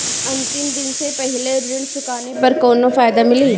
अंतिम दिन से पहले ऋण चुकाने पर कौनो फायदा मिली?